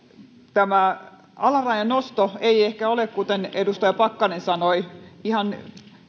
tämä alarajan nosto ei ehkä ole kuten edustaja pakkanen sanoi ihan